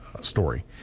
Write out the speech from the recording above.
story